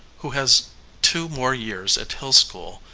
who has two more years at hill school,